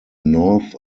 north